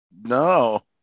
no